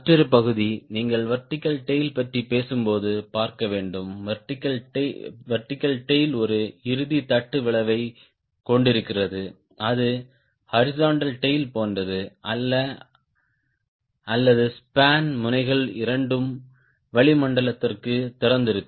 மற்றொரு பகுதி நீங்கள் வெர்டிகல் டேய்ல் பற்றி பேசும்போது பார்க்க வேண்டும் வெர்டிகல் டேய்ல் ஒரு இறுதி தட்டு விளைவைக் கொண்டிருக்கிறது அது ஹாரிஸ்ன்ட்டல் டேய்ல் போன்றது அல்ல அல்லது ஸ்பான் முனைகள் இரண்டும் வளிமண்டலத்திற்கு திறந்திருக்கும்